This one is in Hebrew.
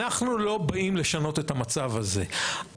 אנחנו לא באים לשנות את המצב הזה.